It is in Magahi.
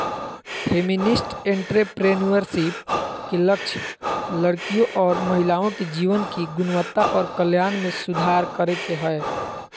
फेमिनिस्ट एंट्रेप्रेनुएरशिप के लक्ष्य लड़कियों और महिलाओं के जीवन की गुणवत्ता और कल्याण में सुधार करे के हय